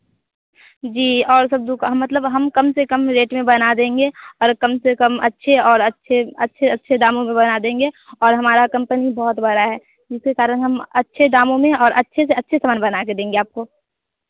जी और सब दुकान हम मतलब हम कम से कम रेट में बना देंगे और कम से कम अच्छे और अच्छे अच्छे अच्छे दामों में बना देंगे और हमारा कंपनी बहुत बड़ा है जिसके कारण हम अच्छे दामों में और अच्छे से अच्छे समान बना कर देंगे आपको